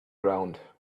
ground